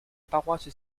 paroisse